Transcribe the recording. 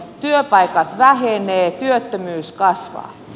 työpaikat vähenevät työttömyys kasvaa